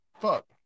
Fuck